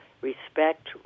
respect